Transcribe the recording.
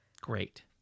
great